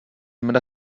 mne